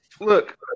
look